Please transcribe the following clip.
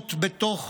מהומות בתוך